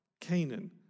Canaan